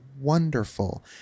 wonderful